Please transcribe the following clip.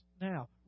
now